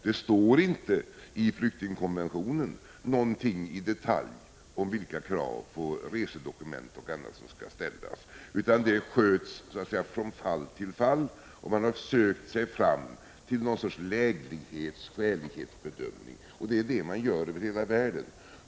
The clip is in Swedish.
Det står inte i flyktingkonventionen någonting i detalj om vilka krav på resedokument och annat som skall ställas. Det avgörs så att säga från fall till fall, och man har sökt sig fram till något slags läglighetsoch skälighetsbedömning. Det gör man över hela världen.